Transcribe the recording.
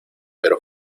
pero